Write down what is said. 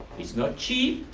it's not cheap,